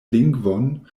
lingvon